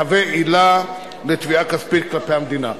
מהווה עילה לתביעה כספית כלפי המדינה.